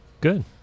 Good